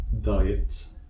diet